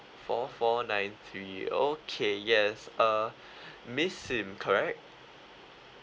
four four nine three okay yes uh miss sim correct